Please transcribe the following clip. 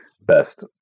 best